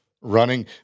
Running